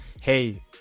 hey